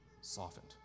softened